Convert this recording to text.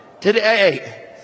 Today